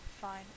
Fine